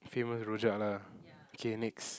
famous rojak lah K next